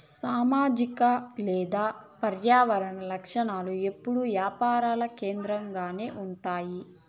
సామాజిక లేదా పర్యావరన లక్ష్యాలు ఎప్పుడూ యాపార కేంద్రకంగానే ఉంటాయి